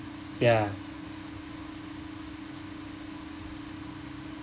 ya